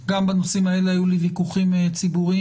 בנושאים האלה היו לי וויכוחים ציבוריים